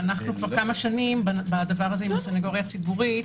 ואנחנו כבר כמה שנים בדבר הזה עם הסנגוריה הציבורית.